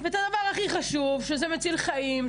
ואת הדבר הכי חשוב שזה מציל חיים,